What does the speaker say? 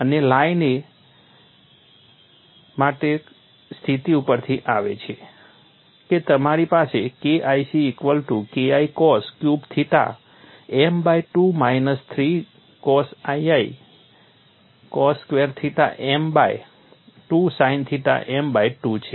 અને લાઇન એ સ્થિતિ ઉપરથી આવે છે કે તમારી પાસે KIC equal to KI cos cube theta m by 2 minus 3 KII cos square theta m by 2 sine theta m by 2 છે